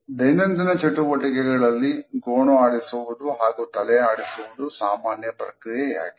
ದೈನಂದಿನ ಚಟುವಟಿಕೆಗಳಲ್ಲಿ ಗೋಣು ಆಡಿಸುವುದು ಹಾಗೂ ತಲೆ ಆಡಿಸುವುದು ಸಾಮಾನ್ಯ ಪ್ರಕ್ರಿಯೆಯಾಗಿದೆ